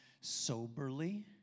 soberly